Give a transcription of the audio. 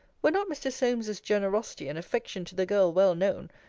were not mr. solmes's generosity and affection to the girl well known,